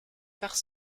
faire